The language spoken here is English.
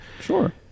sure